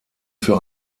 für